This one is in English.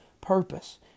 purpose